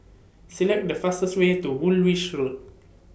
Select The fastest Way to Woolwich Road